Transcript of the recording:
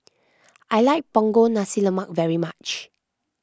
I like Punggol Nasi Lemak very much